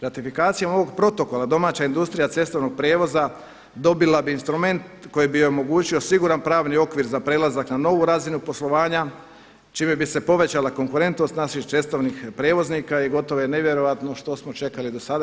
Ratifikacijom ovog protokola domaća industrija cestovnog prijevoza dobila bi instrument koji bi joj omogućio siguran pravni okvir za prelazak na novu razinu poslovanja čime bi se povećala konkurentnost naših cestovnih prijevoznika i gotovo je nevjerojatno što smo čekali do sada.